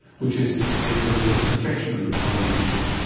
which is the influence of confectionery on obesity.